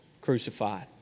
crucified